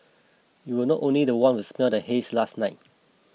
you were not only the one who's not the haze last night